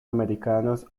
americanos